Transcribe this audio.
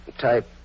Type